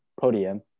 podium